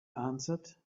answered